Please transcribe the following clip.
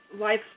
life